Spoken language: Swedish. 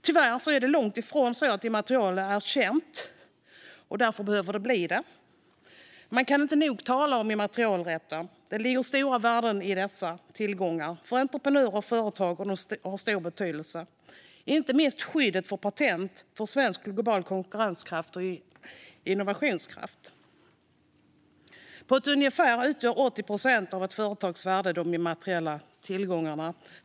Tyvärr är det långt ifrån så att det immateriella är känt, och därför behöver det bli det. Man kan inte nog tala om immaterialrätten. Det ligger stora värden i dessa tillgångar, och för entreprenörer och företag har de stor betydelse, inte minst skyddet för patent, för svensk och global konkurrenskraft och för innovationskraft. På ett ungefär utgörs 80 procent av ett företags värde av de immateriella tillgångarna.